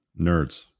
Nerds